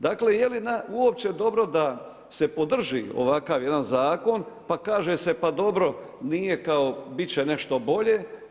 Dakle, je li uopće dobro da se podrži ovakav jedan zakon, pa kaže se pa dobro, nije kao, biti će nešto bolje.